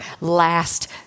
last